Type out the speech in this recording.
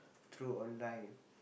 through online